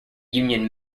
union